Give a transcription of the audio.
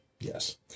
Yes